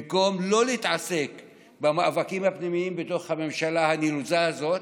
במקום לא להתעסק במאבקים פנימיים בתוך הממשלה הנלוזה הזאת,